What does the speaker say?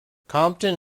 compton